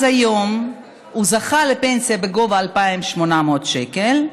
אז היום הוא זכה לפנסיה בגובה 2,800 שקלים,